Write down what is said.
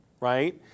right